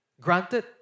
Granted